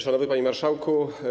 Szanowny Panie Marszałku!